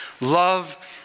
love